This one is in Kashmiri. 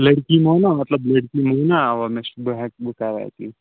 لٔڑکی مونا مطلب لٔڑکی مونا اَوا مےٚ چھُ بہٕ ہٮ۪کہٕ بہٕ کَرٕ اَتی